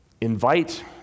invite